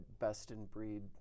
best-in-breed